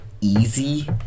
easy